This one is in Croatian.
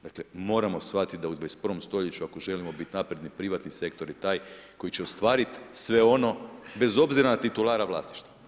Dakle, moramo shvatiti da u 21. stoljeću ako želimo biti napredni, privatni sektor je taj koji će ostvariti sve ono bez obzira na titulara vlasništva.